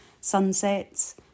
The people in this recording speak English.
sunsets